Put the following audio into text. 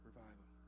Revival